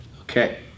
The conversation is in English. Okay